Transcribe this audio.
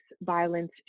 violence